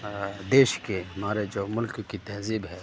دیش کے ہمارے جو ملک کی جو تہذیب ہے